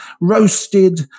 roasted